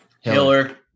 Hiller